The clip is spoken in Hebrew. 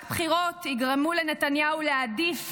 רק בחירות יגרמו לנתניהו להעדיף